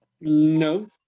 No